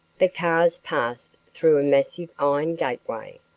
the cars passed through a massive iron gateway,